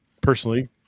personally